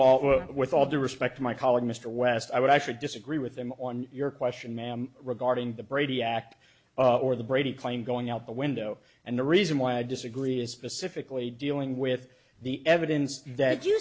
we're with all due respect to my colleague mr west i would actually disagree with him on your question ma'am regarding the brady act or the brady claim going out the window and the reason why i disagree is specifically dealing with the evidence that you